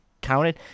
counted